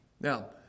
Now